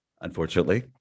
Unfortunately